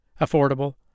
Affordable